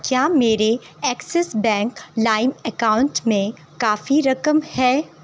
کیا میرے Axis Bank line account میں کافی رقم ہے